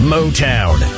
Motown